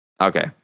Okay